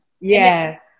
Yes